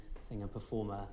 singer-performer